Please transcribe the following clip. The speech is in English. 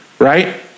Right